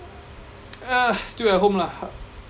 yeah still at home lah